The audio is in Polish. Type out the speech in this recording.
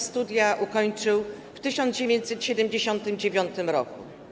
Studia ukończył w 1979 r.